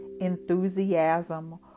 enthusiasm